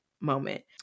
moment